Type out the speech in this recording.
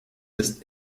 ist